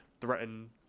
threaten